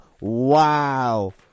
Wow